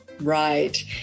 Right